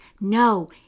No